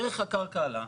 ערך הקרקע עלה.